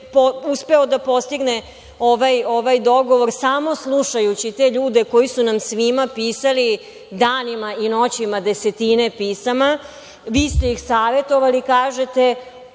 uspeo da postigne ovaj dogovor samo slušajući te ljude koji su nam svima pisali danima i noćima desetine pisama. Vi ste ih savetovali i kažete.